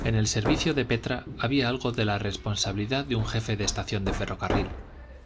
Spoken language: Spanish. en el servicio de petra había algo de la responsabilidad de un jefe de estación de ferrocarril